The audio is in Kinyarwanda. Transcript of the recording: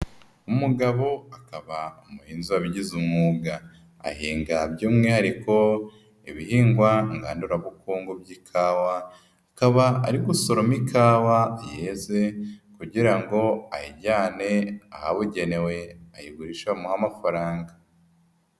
Umugabo akaba umuhinzi wabigize umwuga. Ahinga by'umwihariko ibihingwa ngandurabukungu by'ikawa. Akaba ari gusoroma ikawa yeze kugira ngo ayijyane ahabugenewe ayigurishe bamuhe amafaranga.